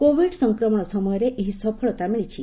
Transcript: covid ସଂକ୍ରମଣ ସମୟରେ ଏହି ସଫଳତା ମିଳିଛି